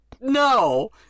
No